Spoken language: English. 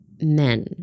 men